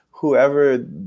whoever